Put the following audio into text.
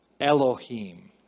Elohim